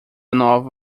nova